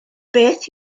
beth